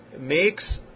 makes